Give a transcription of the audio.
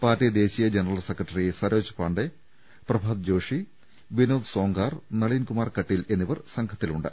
party ദേശീയ general secretary Saroj Pandey Prabhat Joshi Vinod Sonkar Nalin Kumar Kateel എന്നിവർ സംഘത്തിലുണ്ട്